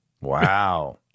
wow